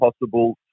possible